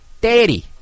Daddy